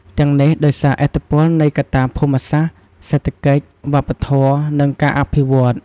ទាំងនេះដោយសារឥទ្ធិពលនៃកត្តាភូមិសាស្ត្រ សេដ្ឋកិច្ច វប្បធម៌ និងការអភិវឌ្ឍន៍។